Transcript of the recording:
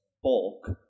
bulk